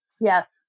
Yes